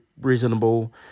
reasonable